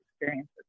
experiences